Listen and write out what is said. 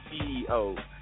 CEO